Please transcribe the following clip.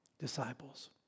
disciples